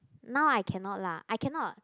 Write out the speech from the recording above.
now I cannot lah I cannot